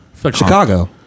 Chicago